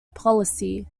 policy